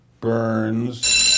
Burns